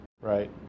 right